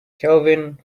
kelvin